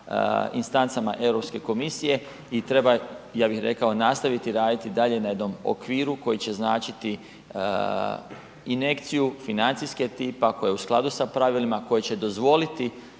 instancama Europske komisije i treba ja bih rekao nastaviti raditi dalje na jednom okviru koji će značiti injekciju financijskog tipa koja je u skladu sa pravilima, koja će dozvoliti